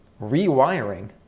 rewiring